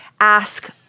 ask